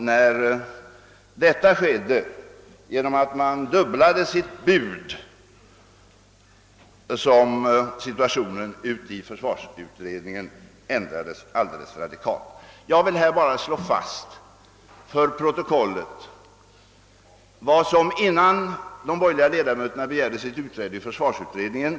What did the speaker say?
När detta skedde, genom att man dubblade sitt bud, ändrades situationen i försvarsutredningen alldeles radikalt. Jag vill här bara slå fast för protokollet vad som i sak hade förekommit innan de borgerliga ledamöterna be gärde sitt utträde ur försvarsutredningen.